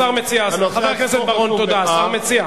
השר מציע הצעה לסדר-היום.